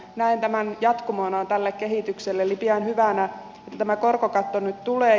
näen tämän jatkumona tälle kehitykselle eli pidän hyvänä että tämä korkokatto nyt tulee